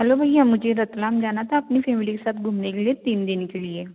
hello भैया मुझे रतलाम जाना था अपनी फ़ेमिली के साथ घूमने के लिए तीन दिन के लिए